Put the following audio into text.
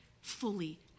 fully